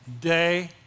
day